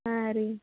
ಹಾಂ ರೀ